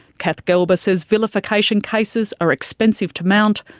kath gelber says vilification cases are expensive to mount,